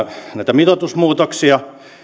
mitoitusmuutoksia